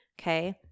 okay